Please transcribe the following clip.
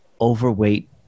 overweight